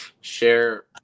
share